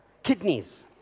Kidneys